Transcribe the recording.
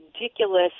ridiculous